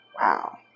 Wow